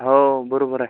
हो बरोबर आहे